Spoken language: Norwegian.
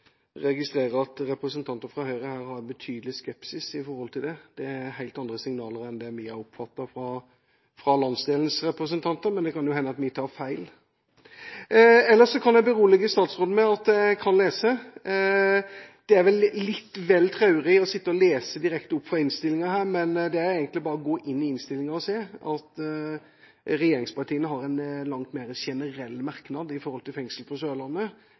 registrerer at representanter fra Høyre her har en betydelig skepsis til det. Det er helt andre signaler enn hva vi har oppfattet fra landsdelens representanter, men det kan jo hende at vi tar feil. Ellers kan jeg berolige statsråden med at jeg kan lese. Det er vel litt vel traurig å sitte og lese direkte opp fra innstillinga, men det er egentlig bare å gå inn i innstillinga og se at regjeringspartiene har en langt mer generell merknad om fengsel på Sørlandet